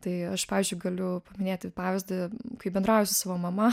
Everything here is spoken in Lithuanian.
tai aš pavyzdžiui galiu paminėti pavyzdį kaip bendrauju su savo mama